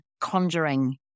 conjuring